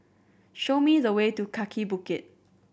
show me the way to Kaki Bukit